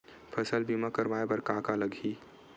फसल बीमा करवाय बर का का लगही?